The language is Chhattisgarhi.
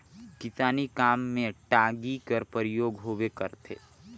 किसानी काम मे टागी कर परियोग होबे करथे